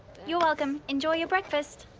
you are welcome. enjoy your breakfast.